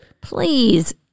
Please